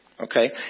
Okay